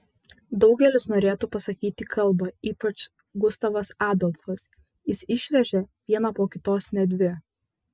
daugelis norėtų pasakyti kalbą ypač gustavas adolfas jis išrėžia vieną po kitos net dvi